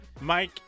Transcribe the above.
mike